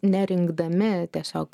nerinkdami tiesiog